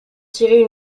tirer